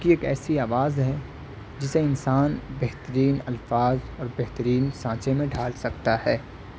کی ایک ایسی آواز ہے جسے انسان بہترین الفاظ اور بہترین سانچے میں ڈھال سکتا ہے